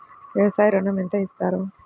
వ్యవసాయ ఋణం ఎంత ఇస్తారు?